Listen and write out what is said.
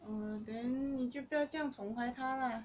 err then 你就不要这样宠坏她 lah